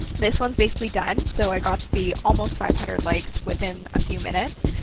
this one's basically done. so, i got the almost five hundred likes within a few minutes.